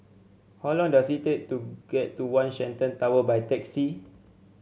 how long does it take to get to One Shenton Tower by taxi